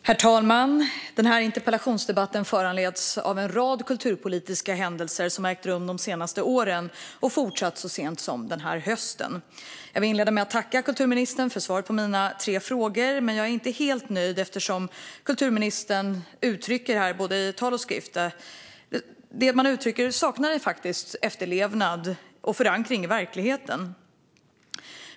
Herr talman! Den här interpellationsdebatten föranleds av en rad kulturpolitiska händelser som har ägt rum de senaste åren och fortsatt så sent som den gångna hösten. Jag vill inleda med att tacka kulturministern för svaren på mina tre frågor, men jag är inte helt nöjd, eftersom det kulturministern uttrycker här, både i tal och i skrift, faktiskt saknar efterlevnad och förankring i verkligheten.